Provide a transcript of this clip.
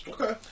Okay